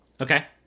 Okay